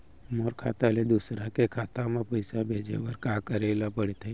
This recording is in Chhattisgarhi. मोर खाता ले दूसर के खाता म पइसा भेजे बर का करेल पढ़थे?